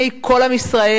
אל מול פני כל עם ישראל,